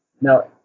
Now